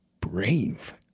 brave